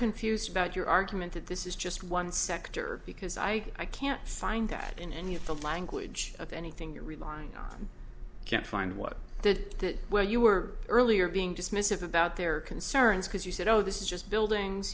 confused about your argument that this is just one sector because i can't find that in any of the language of anything you're relying on can't find what that where you were earlier being dismissive about their concerns because you said oh this is just buildings